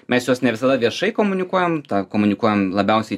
mes juos ne visada viešai komunikuojam tą komunikuojam labiausiai